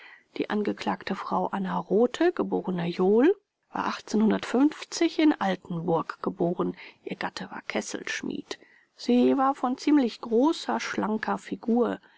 die angeklagte frau anna rothe geborene johl war in altenburg geboren ihr gatte war kesselschmied sie war von ziemlich großer schlanker figur